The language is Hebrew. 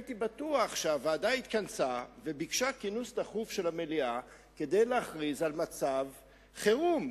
שהוועדה התכנסה וביקשה כינוס דחוף של המליאה כדי להכריז על מצב חירום.